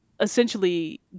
essentially